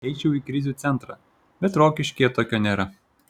eičiau į krizių centrą bet rokiškyje tokio nėra